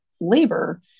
labor